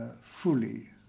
fully